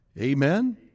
Amen